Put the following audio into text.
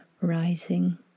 rising